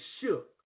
shook